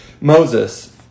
Moses